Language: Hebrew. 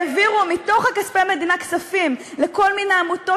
העבירו מתוך כספי המדינה כספים לכל מיני עמותות